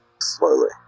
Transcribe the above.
slowly